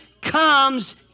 comes